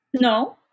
No